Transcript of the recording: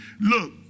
Look